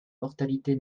mortalité